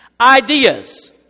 ideas